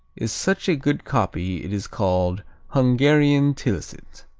is such a good copy it is called hungarian tilsit.